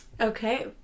Okay